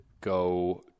go